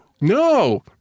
No